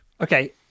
Okay